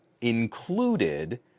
included